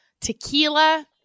tequila